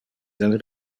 del